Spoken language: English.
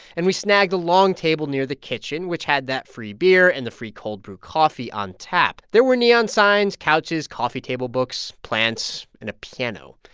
and we snagged a long table near the kitchen, which had that free beer and the free cold-brew coffee on tap. there were neon signs, couches, coffee table books, plants and a piano.